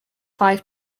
five